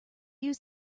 use